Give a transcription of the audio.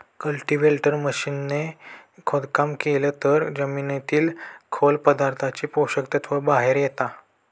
cultivator machine ने खोदकाम केलं तर जमिनीतील खोल पर्यंतचे पोषक तत्व बाहेर येता